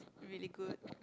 really good